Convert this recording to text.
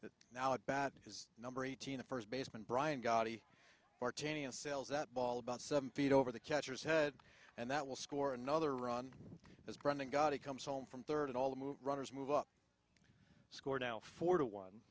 that now at bat is number eighteen a first baseman brian goddy martini and sells that ball about seven feet over the catcher's head and that will score another run as brandon god he comes home from third and all the move runners move up scored now four